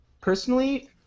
personally